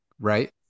right